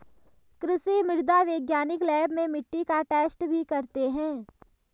कृषि मृदा वैज्ञानिक लैब में मिट्टी का टैस्ट भी करते हैं